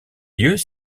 lieux